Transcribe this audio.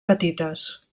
petites